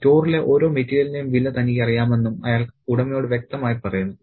സ്റ്റോറിലെ ഓരോ മെറ്റീരിയലിന്റെയും വില തനിക്കറിയാമെന്നും അയാൾ ഉടമയോട് വ്യക്തമായി പറയുന്നു